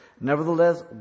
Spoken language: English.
Nevertheless